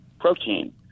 protein